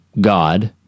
God